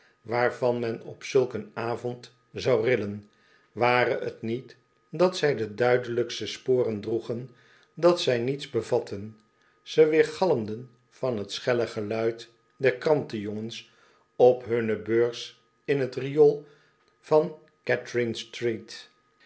waarvan men op zulk een avond zou rillen ware t niet dat zij de duidelijkste sporen droegen dat zij niets bevatten ze weergalmden van t schelle geluid der krantenjongens op hunne beurs in t riool van catherine street